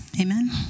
Amen